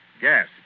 Gas